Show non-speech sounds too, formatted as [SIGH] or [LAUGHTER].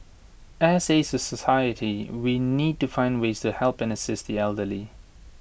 as A [UNINTELLIGIBLE] society we need to find ways to help and assist the elderly